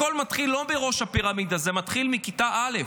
הכול מתחיל לא בראש הפירמידה, זה מתחיל מכיתה א'.